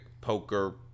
poker